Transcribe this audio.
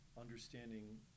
understanding